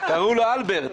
קראו לו אלברט...